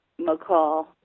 McCall